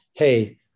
hey